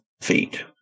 feet